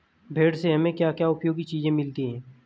भेड़ से हमें क्या क्या उपयोगी चीजें मिलती हैं?